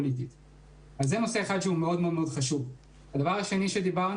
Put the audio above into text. דבר שני,